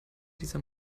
dieser